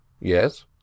Yes